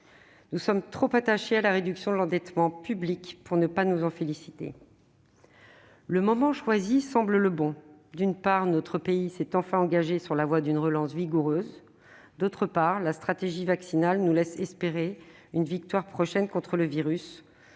Nous sommes trop attachés à la réduction de l'endettement public pour ne pas nous en féliciter. Le moment choisi semble le bon : d'une part, notre pays s'est enfin engagé sur la voie d'une relance vigoureuse ; d'autre part, la stratégie vaccinale nous laisse espérer une victoire prochaine contre le virus,